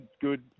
good